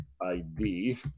ID